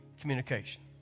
communication